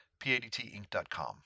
padtinc.com